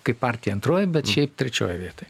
kaip partija antroje bet šiaip trečioje vietoj